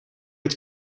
het